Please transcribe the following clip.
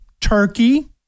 Turkey